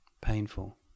painful